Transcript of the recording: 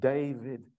David